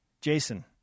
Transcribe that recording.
Jason